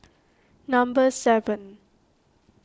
number seven